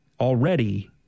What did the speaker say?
already